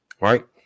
right